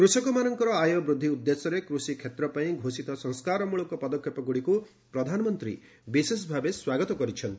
କୃଷକମାନଙ୍କର ଆୟ ବୃଦ୍ଧି ଉଦ୍ଦେଶ୍ୟରେ କୃଷିକ୍ଷେତ୍ରପାଇଁ ଘୋଷିତ ସଂସ୍କାରମୂଳକ ପଦକ୍ଷେପଗୁଡ଼ିକୁ ପ୍ରଧାନମନ୍ତ୍ରୀ ବିଶେଷଭାବେ ସ୍ୱାଗତ କରିଛନ୍ତି